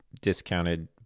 discounted